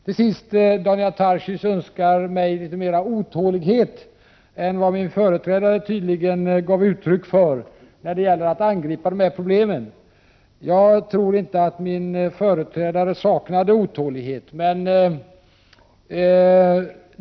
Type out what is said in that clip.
Till sist: Daniel Tarschys önskade mig mera otålighet än vad min företrädare tydligen gav uttryck för när det gäller att angripa problemen. Jag tror inte att min företrädare saknade otålighet.